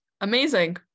Amazing